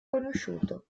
conosciuto